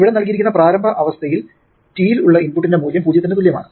ഇവിടെ നൽകിയിരിക്കുന്ന പ്രാരംഭ അവസ്ഥയിൽ t ൽ ഉള്ള ഇൻപുട്ടിന്റെ മൂല്യം 0 ന് തുല്യമാണ്